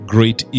Great